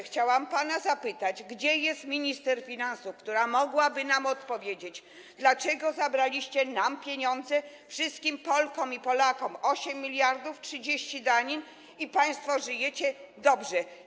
Chciałam pana zapytać, gdzie jest minister finansów, która mogłaby odpowiedzieć, dlaczego państwo zabraliście nam pieniądze, wszystkim Polkom i Polakom, 8 mld, 30 danin, i żyjecie dobrze.